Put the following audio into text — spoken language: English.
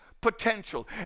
potential